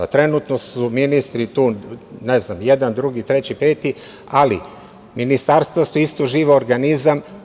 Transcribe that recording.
Trenutno su ministri tu, ne zna, jedan, drugi, teći, peti, ali ministarstva su isto živ organizam.